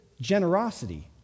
generosity